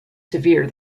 severe